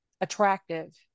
attractive